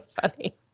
funny